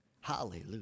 Hallelujah